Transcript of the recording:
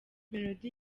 melodie